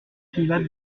privat